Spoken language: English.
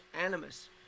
animus